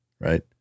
right